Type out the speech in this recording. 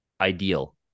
ideal